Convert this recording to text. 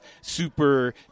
super